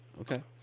okay